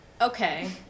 Okay